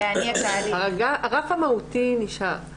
הרף המהותי נשאר.